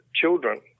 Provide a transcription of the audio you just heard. children